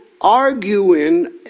arguing